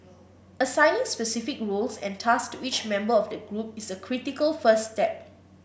assigning specific roles and tasks to each member of the group is a critical first step